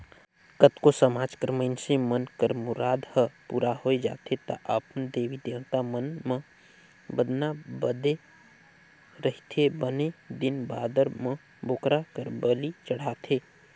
कतको समाज कर मइनसे मन कर मुराद हर पूरा होय जाथे त अपन देवी देवता मन म बदना बदे रहिथे बने दिन बादर म बोकरा कर बली चढ़ाथे